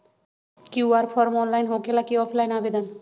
QR form online होकेला कि offline आवेदन?